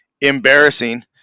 embarrassing